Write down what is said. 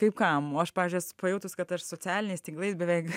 kaip kam o aš pavyzdžiui esu pajautus kad aš socialiniais tinklais beveik